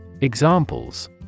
EXAMPLES